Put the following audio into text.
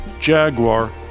Jaguar